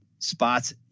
spots